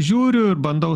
žiūriu ir bandau